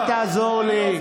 אל תעזור לי.